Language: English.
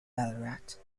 ballarat